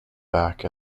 back